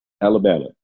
Alabama